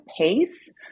pace